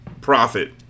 Profit